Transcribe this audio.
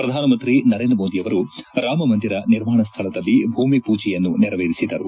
ಪ್ರಧಾನಮಂತ್ರಿ ನರೇಂದ್ರ ಮೋದಿಯವರು ರಾಮಮಂದಿರ ನಿರ್ಮಾಣ ಸ್ವಳದಲ್ಲಿ ಭೂಮಿಪೂಜೆಯನ್ನು ನೆರವೇರಿಸಿದರು